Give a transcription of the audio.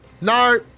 No